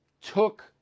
took